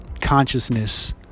consciousness